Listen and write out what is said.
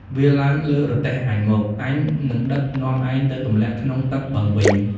វារឡើងលើទេះអញមក អញនឹងដឹកនាំឯងទៅទម្លាក់ក្នុងទឹកបឹងវិញ។